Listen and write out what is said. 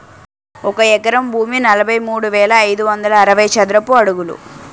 ఒక ఎకరం భూమి నలభై మూడు వేల ఐదు వందల అరవై చదరపు అడుగులు